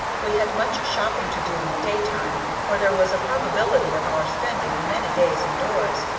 we had much shopping to do in the daytime, for there was a probability of our spending many days in doors,